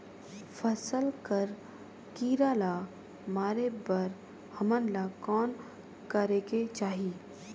फसल कर कीरा ला मारे बर हमन ला कौन करेके चाही?